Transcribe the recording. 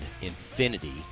Infinity